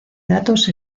datos